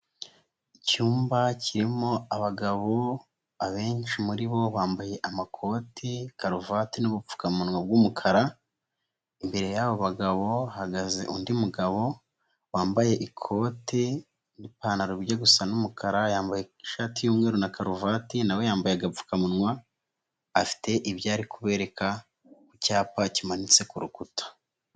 Icyumba kirimo abagabo, abenshi muri bo bambaye amakoti, karuvati n'ubupfukamunwa bw'umukara, imbere y'abo bagabo hahagaze undi mugabo, wambaye ikote n'ipantaro bijya gusa n'umukara, yambaye ishati y'umweru na karuvati na we yambaye agapfukamunwa, afite ibyo ari kubereka ku cyapa kimanitse ku rukuta.